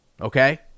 okay